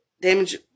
Damage